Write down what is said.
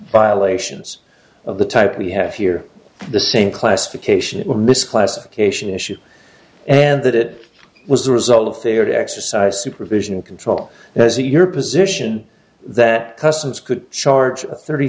violations of the type we have here the same classification misclassification issue and that it was the result of failure to exercise supervision and control as your position that customs could charge a thirty